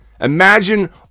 Imagine